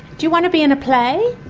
do you want to be in a play?